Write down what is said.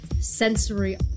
sensory